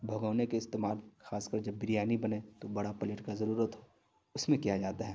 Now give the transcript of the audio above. بھگونے کے استعمال خاص کر جب بریانی بنے تو بڑا پلیٹ کا ضرورت ہو اس میں کیا جاتا ہے